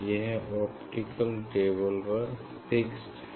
यह optical table पर fixed है